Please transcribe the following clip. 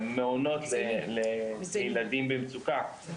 המעונות לילדים במצורה,